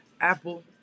Apple